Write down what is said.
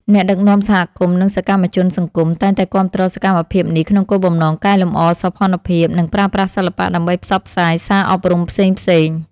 អ្នកដឹកនាំសហគមន៍ និងសកម្មជនសង្គម តែងតែគាំទ្រសកម្មភាពនេះក្នុងគោលបំណងកែលម្អសោភ័ណភាព និងប្រើប្រាស់សិល្បៈដើម្បីផ្សព្វផ្សាយសារអប់រំផ្សេងៗ។